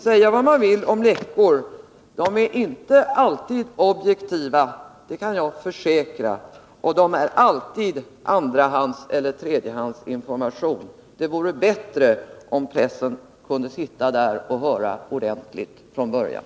Säga vad man vill om läckor, men de är inte alltid objektiva — det kan jag försäkra. Och de ger alltid andraeller tredjehandsinformation. Det vore bättre, om journalisterna kunde sitta med i utskottet och höra ordentligt från början.